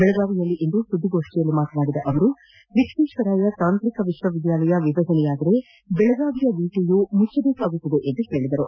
ಬೆಳಗಾವಿಯಲ್ಲಿಂದು ಸುದ್ದಿಗೋಷ್ವಿಯಲ್ಲಿ ಮಾತನಾಡಿದ ಅವರು ವಿಶ್ವೇಶ್ವರಯ್ಯ ತಾಂತ್ರಿಕ ವಿಶ್ವವಿದ್ಯಾಲಯ ವಿಭಜನೆಯಾದರ ಬೆಳಗಾವಿಯ ವಿಟಿಯು ಮುಚ್ನಬೇಕಾಗುತ್ತದೆ ಎಂದು ಹೇಳಿದರು